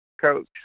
coach